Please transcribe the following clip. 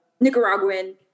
Nicaraguan